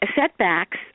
setbacks